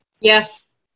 Yes